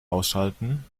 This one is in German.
ausschalten